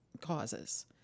causes